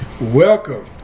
Welcome